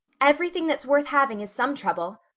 everything that's worth having is some trouble,